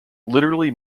literally